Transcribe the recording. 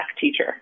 teacher